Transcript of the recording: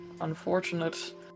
unfortunate